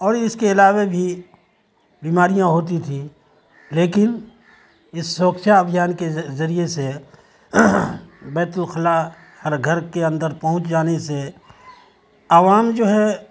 اور اس کے علاوہ بھی بیماریاں ہوتی تھیں لیکن اس سوچھتا ابھیان کے ذریعے سے بیت الخلا ہر گھر کے اندر پہنچ جانے سے عوام جو ہے